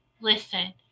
listen